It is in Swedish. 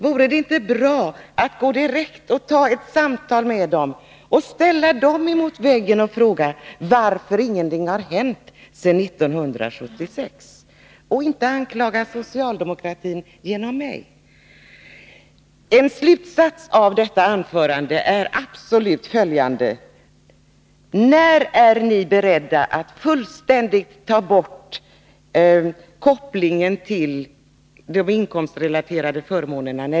Vore det inte lämpligt att gå direkt till dem för ett samtal. Ställ dem mot väggen och fråga varför ingenting har hänt sedan 1976 i stället för att anklaga socialdemokratin genom mig. En fråga som tvingande inställer sig efter det föregående anförandet är följande: När är ni beredda att fullständigt ta bort kopplingen mellan kompensationsnivån och de inkomstrelaterade förmånerna?